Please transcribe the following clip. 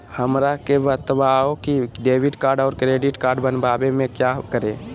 हमरा के बताओ की डेबिट कार्ड और क्रेडिट कार्ड बनवाने में क्या करें?